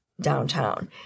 downtown